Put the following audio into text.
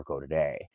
today